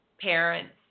parents